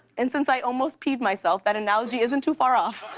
and since i almost peed myself, that analogy isn't too far off.